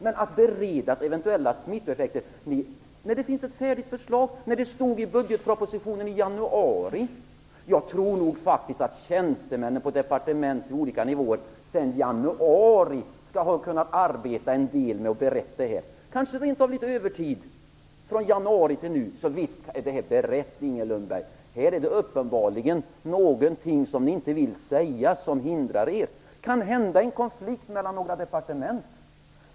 Men varför bereda eventuella smittoeffekter när det finns ett färdigt förslag i budgetpropositionen från januari? Jag tror nog faktiskt att tjänstemän på olika nivåer i departementen har haft möjlighet att arbeta en del med beredningen, kanske rent av på övertid. Så visst är det här berett, Inger Lundberg. Här är det uppenbarligen någonting som ni inte vill tala om, som hindrar er. Kanhända är det en konflikt mellan några departement.